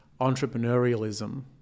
entrepreneurialism